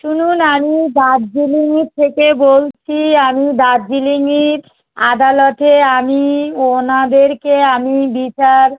শুনুন আমি দার্জিলিং থেকে বলছি আমি দার্জিলিংয়ের আদালতে আমি ওনাদেরকে আমি বিচার